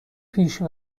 پیش